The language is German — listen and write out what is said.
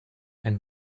ein